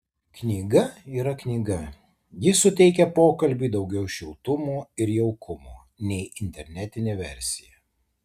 knyga yra knyga ji suteikia pokalbiui daugiau šiltumo ir jaukumo nei internetinė versija